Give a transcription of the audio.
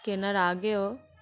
কেনার আগেও